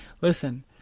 listen